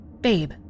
Babe